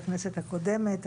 בכנסת הקודמת.